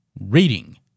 reading